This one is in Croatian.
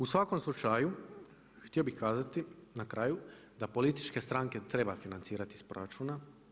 U svakom slučaju htio bih kazati na kraju da političke stranke treba financirati iz proračuna.